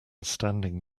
standing